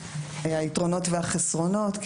היתרונות והחסרונות,